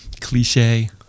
cliche